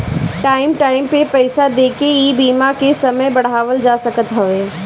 time time पे पईसा देके इ बीमा के समय बढ़ावल जा सकत हवे